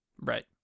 Right